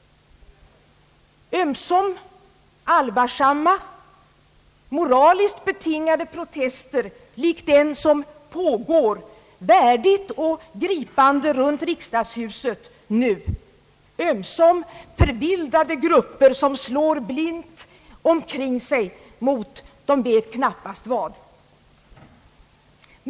Ömsom är protesterna allvarsamma och moraliskt betingade, lik den som nu pågår värdigt och gripande runt riksdagshuset, ömsom är det förvildade grupper som slår blint omkring sig, de vet knappast mot vad.